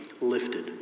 Lifted